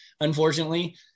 unfortunately